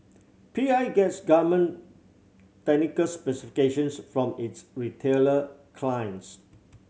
P I gets garment technical specifications from its retailer clients